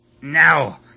Now